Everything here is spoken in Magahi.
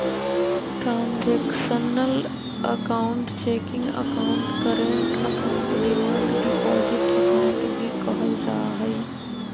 transactional account checking account, current account, demand deposit account भी कहल जाहई